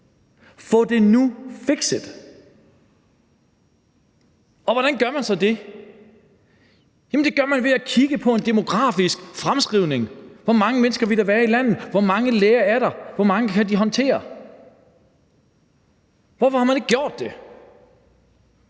Få det nu fikset! Og hvordan gør man så det? Jamen det gør man ved at kigge på en demografisk fremskrivning: Hvor mange mennesker vil der være i landet, hvor mange læger er der, og hvor mange kan de håndtere? Hvorfor har man ikke gjort det?